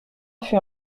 fut